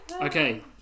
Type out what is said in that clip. Okay